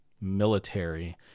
military